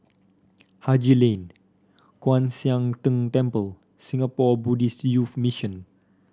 Haji Lane Kwan Siang Tng Temple Singapore Buddhist Youth Mission